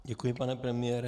Děkuji, pane premiére.